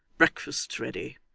breakfast's ready